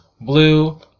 Blue